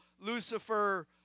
Lucifer